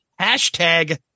Hashtag